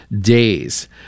days